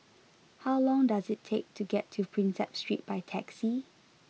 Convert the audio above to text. how long does it take to get to Prinsep Street by taxi